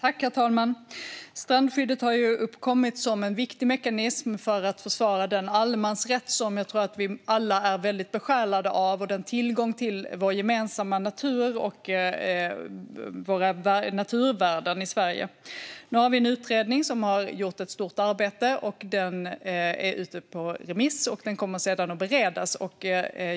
Herr talman! Strandskyddet har uppkommit som en viktig mekanism för att försvara den allemansrätt som jag tror att vi alla är besjälade av och den tillgång till vår gemensamma natur och våra naturvärden i Sverige som den innebär. Nu har vi en utredning som har gjort ett stort arbete, och den är ute på remiss och kommer sedan att beredas.